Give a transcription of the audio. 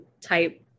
type